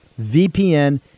VPN